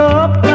up